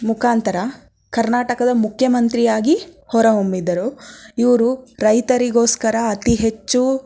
ಮುಖಾಂತರ ಕರ್ನಾಟಕದ ಮುಖ್ಯಮಂತ್ರಿಯಾಗಿ ಹೊರಹೊಮ್ಮಿದರು ಇವರು ರೈತರಿಗೋಸ್ಕರ ಅತಿ ಹೆಚ್ಚು